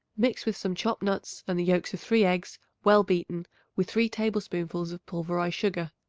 mix with some chopped nuts and the yolks of three eggs well beaten with three tablespoonfuls of pulverized sugar.